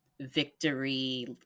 victory